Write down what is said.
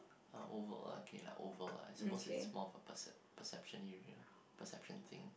uh oval lah okay lah oval lah is suppose to be more of a perc~ perception area perception thing